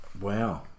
Wow